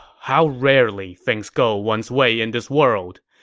how rarely things go one's way in this world!